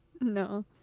No